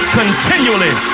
continually